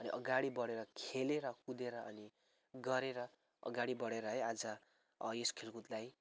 अनि अगाडि बढेर खेलेर कुदेर अनि गरेर अगाडि बढेर है आज यस खेलकुदलाई